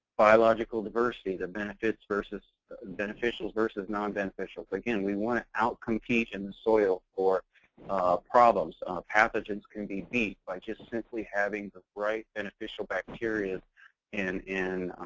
biological diversity, the beneficials versus beneficials versus non-beneficials. again, we want to out-compete in the soil for problems. pathogens can can be beat by just simply having the right beneficial bacterias and in